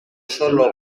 solo